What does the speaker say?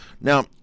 Now